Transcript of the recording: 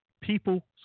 People